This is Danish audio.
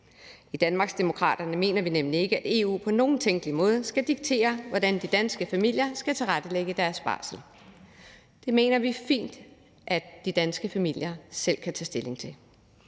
I Danmarksdemokraterne mener vi nemlig ikke, at EU på nogen tænkelig måde skal diktere, hvordan de danske familier skal tilrettelægge deres barsel. Det mener vi fint at de danske familier selv kan tage stilling til.